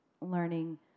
learning